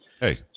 Hey